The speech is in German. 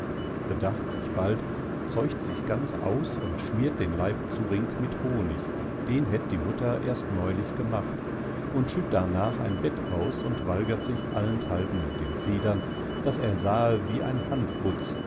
bedacht sich bald zeucht sich ganz aus und schmiert den leib zuring mit honig den hätt die mutter erst neulich gemacht und schütt darnach ein bett aus und walgert sich allenthalb in den federn daß er sahe wie ein hanfbutz